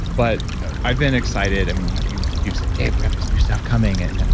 but i've been excited. i mean, you've you've said, dave, we have this new staff coming. and then,